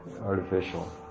artificial